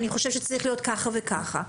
אני חושב שצריך ככה וככה,